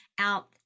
out